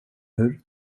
hur